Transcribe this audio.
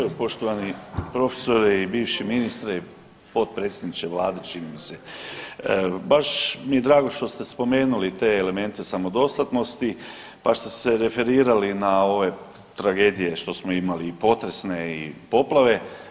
Evo poštovani profesore i bivši ministre i potpredsjedniče vlade čini mi se, baš mi je drago što ste spomenuli te elemente samodostatnosti, pa ste se referirali na ove tragedije što smo imali i potrese i poplave.